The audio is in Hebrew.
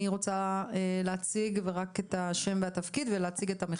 מי רוצה להציג רק את השם והתפקיד ולהציג את המחקר.